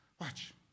Watch